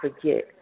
forget